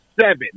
seven